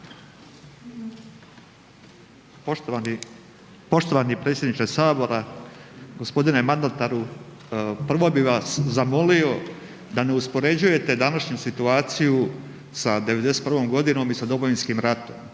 Poštovani predsjedniče Sabora. Gospodine mandataru. Prvo bi vas zamolio da uspoređujete današnju situaciju sa '91. godinom i sa Domovinskim ratom.